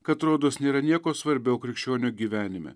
kad rodos nėra nieko svarbiau krikščionio gyvenime